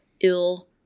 ill